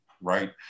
right